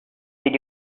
did